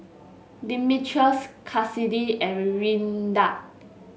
Dimitrios Kassidy and Rinda